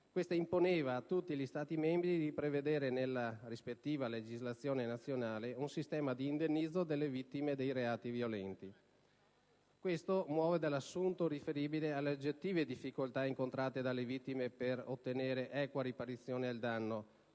che imponeva a tutti gli Stati membri di prevedere nella rispettiva legislazione nazionale un sistema di indennizzo delle vittime dei reati violenti. Ciò muove dall'assunto riferibile alle oggettive difficoltà incontrate dalle vittime per ottenere equa riparazione al danno